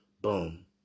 Boom